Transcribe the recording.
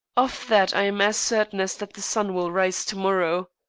of that i am as certain as that the sun will rise to-morrow.